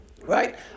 right